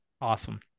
Awesome